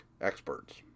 experts